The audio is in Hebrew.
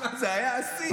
שמע, זה היה השיא.